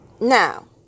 Now